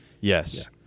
Yes